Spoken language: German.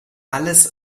alles